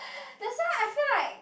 that's why I feel like